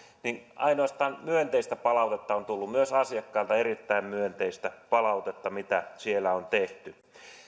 ainoastaan myönteistä palautetta on tullut myös asiakkailta erittäin myönteistä palautetta siitä mitä siellä on tehty